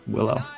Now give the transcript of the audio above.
Willow